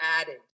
added